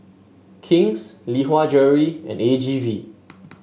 King's Lee Hwa Jewellery and A G V